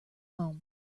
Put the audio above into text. home